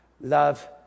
Love